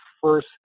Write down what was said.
first